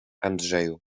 andrzeju